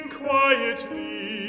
quietly